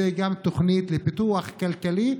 זו גם תוכנית לפיתוח כלכלי,